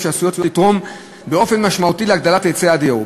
שעשויות לתרום באופן משמעותי להגדלת היצע הדיור.